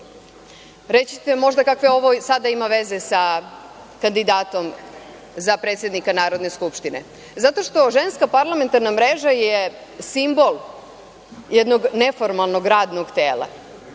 Reći ćete možda – kakve ovo sada ima veze sa kandidatom za predsednika Narodne skupštine? Zato što Ženska parlamentarna mreža je simbol jednog neformalnog radnog tela